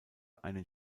einen